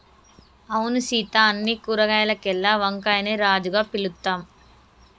అవును సీత అన్ని కూరగాయాల్లోకెల్లా వంకాయని రాజుగా పిలుత్తాం